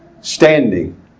standing